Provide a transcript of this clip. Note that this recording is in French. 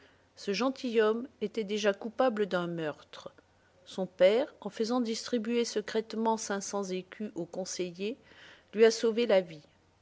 ce gentilhomme était déjà coupable d'un meurtre son père en faisant distribuer secrètement cinq cents écus aux conseillers lui a sauvé la vie